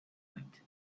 night